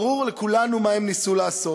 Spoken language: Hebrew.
ברור לכולנו מה הם ניסו לעשות.